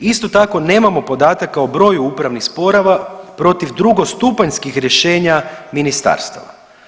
Isto tako nemamo podataka o broju upravnih sporova protiv drugostupanjskih rješenja ministarstava.